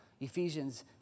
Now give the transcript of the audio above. Ephesians